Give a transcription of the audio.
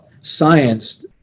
science